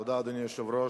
אדוני היושב-ראש,